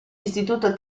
istituto